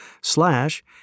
slash